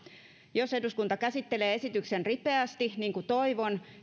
jos eduskunta käsittelee esityksen ripeästi niin kuin toivon